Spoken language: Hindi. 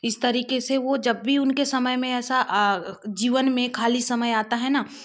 इस तरीके से वो जब भी उनके समय में ऐसा आ जीवन में खाली समय आता है ना